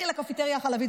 לכי לקפטריה החלבית.